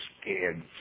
scared